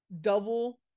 double